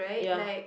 yeah